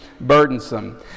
burdensome